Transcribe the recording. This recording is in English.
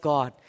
God